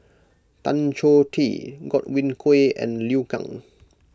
Tan Choh Tee Godwin Koay and Liu Kang